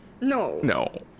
No